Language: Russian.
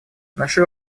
нашей